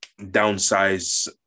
downsize